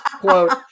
quote